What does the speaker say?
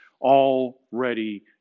already